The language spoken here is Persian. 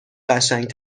قشنگ